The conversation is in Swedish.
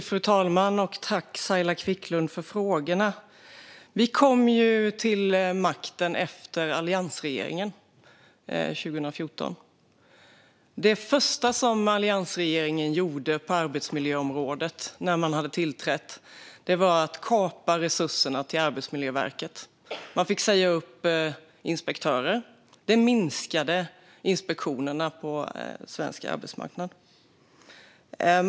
Fru talman! Tack, Saila Quicklund, för frågorna! Vi kom till makten efter alliansregeringen 2014. Det första alliansregeringen gjorde på arbetsmiljöområdet efter att man hade tillträtt var att kapa resurserna till Arbetsmiljöverket, som fick säga upp inspektörer, vilket minskade inspektionerna på svensk arbetsmarknad.